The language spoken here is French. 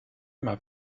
m’a